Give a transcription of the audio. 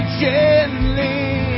gently